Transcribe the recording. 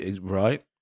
Right